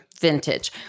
vintage